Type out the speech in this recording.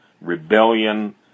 rebellion